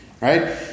Right